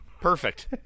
Perfect